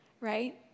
Right